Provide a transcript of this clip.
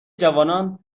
جوانان